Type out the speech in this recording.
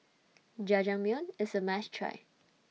Jajangmyeon IS A must Try